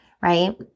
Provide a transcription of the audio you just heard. right